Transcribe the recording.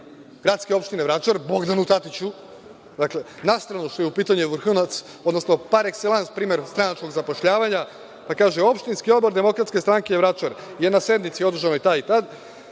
gradske opštine Vračar Bogdanu Tatiću. Dakle, na stranu što je u pitanju vrhunac, odnosno par ekselans primer stranačkog zapošljavanja, pa kaže – opštinski odbor DS Vračar je na sednici održanoj tada i tad